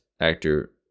actor